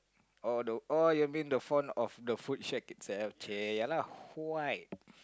oh the oh you mean the font of the food shack itself chey ya lah white